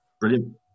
brilliant